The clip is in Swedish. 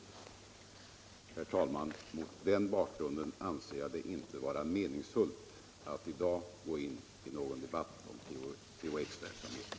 Mot den bakgrunden anser jag det inte vara meningsfullt att i dag gå in i någon debatt om användningen av THX.